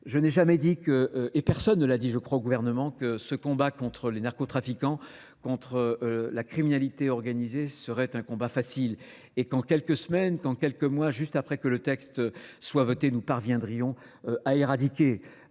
Je n'ai jamais dit, et personne ne l'a dit je crois au gouvernement, que ce combat contre les narcotrafiquants, contre la criminalité organisée, serait un combat facile. Et qu'en quelques semaines, qu'en quelques mois, juste après que le texte soit voté, nous parviendrions à éradiquer.